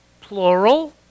plural